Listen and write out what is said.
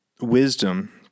wisdom